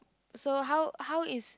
so how how is